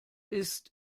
ist